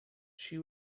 she